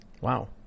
Wow